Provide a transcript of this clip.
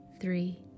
three